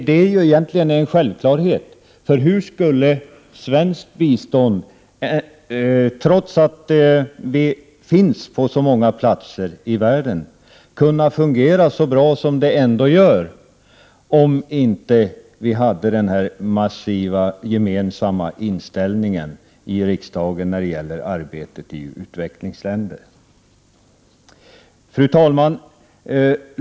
Det är egentligen en självklarhet, för hur skulle svenskt bistånd, trots att vi är verksamma på så många platser i världen, kunna fungera så bra som det ändå gör, om inte vi hade en massiv gemensam inställning i riksdagen till arbetet i utvecklingsländer? Fru talman!